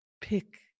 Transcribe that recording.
pick